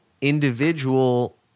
individual